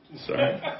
Sorry